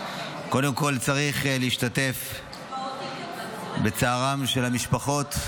קודם כול צריך להשתתף בצערן של המשפחות,